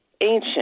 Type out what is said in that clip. ancient